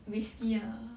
risky ah